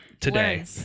today